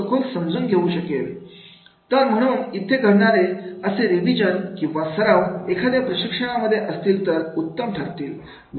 sir म्हणून इथे घडणारे असे रिविजन किंवा सराव एखाद्या प्रशिक्षणामध्ये असेल तर उत्तम ठरेल